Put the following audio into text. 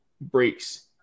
breaks